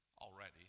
already